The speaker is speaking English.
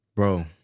bro